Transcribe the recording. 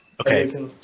Okay